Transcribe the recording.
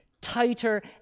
tighter